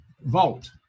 Vault